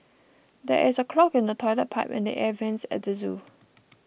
there is a clog in the Toilet Pipe and the Air Vents at the zoo